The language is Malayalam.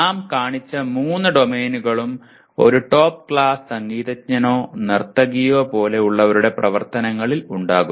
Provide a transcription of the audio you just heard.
നാം കാണിച്ച മൂന്ന് ഡൊമെയ്നുകളും ഒരു ടോപ്പ് ക്ലാസ് സംഗീതജ്ഞനോ നർത്തകിയോ പോലെ ഉള്ളവരുടെ പ്രവർത്തനങ്ങളിൽ ഉണ്ടാകും